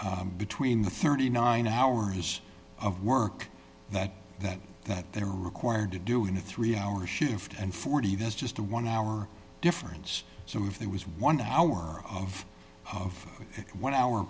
between the thirty nine hours of work that that that they're required to do in a three hour shift and forty that's just a one hour difference so if there was one hour of one hour